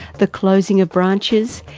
the closing of branches,